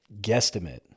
guesstimate